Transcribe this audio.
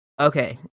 okay